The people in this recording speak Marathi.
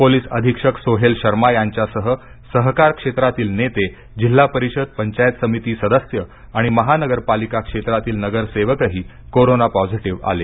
पोलिस अधीक्षक सोहेल शर्मा यांच्यासह सहकार क्षेत्रातील नेते जिल्हा परिषद पंचायत समिती सदस्य आणि महानगरपालिका क्षेत्रातील नगरसेवकही कोरोना पॉझिटिव्ह आले